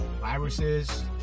Viruses